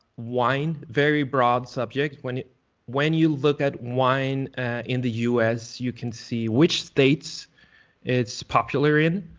wine, very broad subject. when you when you look at wine in the us, you can see which states it's popular in.